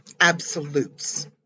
absolutes